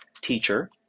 teacher